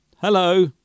Hello